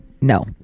no